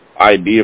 idea